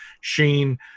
sheen